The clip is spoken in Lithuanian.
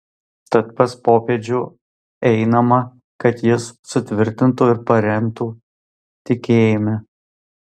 tad pas popiežių einama kad jis sutvirtintų ir paremtų tikėjime